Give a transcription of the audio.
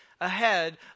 ahead